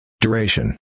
Duration